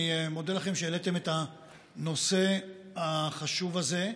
אני מודה לכם על שהעליתם את הנושא החשוב הזה.